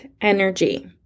energy